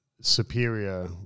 superior